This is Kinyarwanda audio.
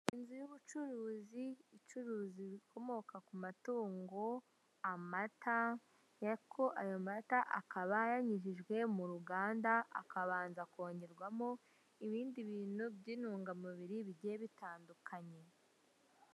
Inzu y'ubucuruzi icuruza ibikomoka ku matungo, amata, ariko ayo mata akaba yanyujijwe mu ruganda akabanza kongerwamo ibindi bintu by'intungamubiri bigiye bitandukanye.